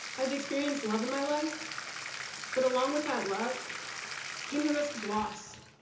i've experienced love in my life but along with that love came the risk of loss.